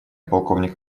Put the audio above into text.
полковника